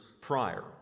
prior